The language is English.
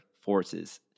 forces